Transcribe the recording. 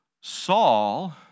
Saul